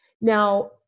Now